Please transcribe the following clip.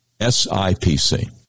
SIPC